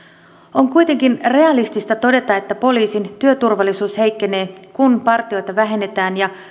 on kuitenkin realistista todeta että poliisin työturvallisuus heikkenee kun partioita vähennetään ja